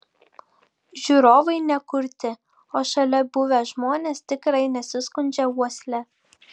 žiūrovai ne kurti o šalia buvę žmonės tikrai nesiskundžia uosle